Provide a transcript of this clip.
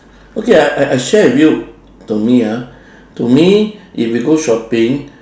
okay I I I share with you to me ah to me if you go shopping